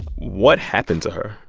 what happened to her?